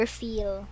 feel